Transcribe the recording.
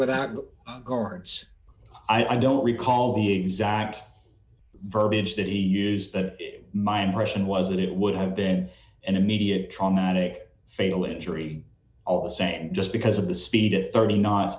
without guards i don't recall the exact verbiage that he used but my impression was that it would have been an immediate traumatic fatal injury all the same just because of the speed of thirty knot